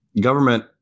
government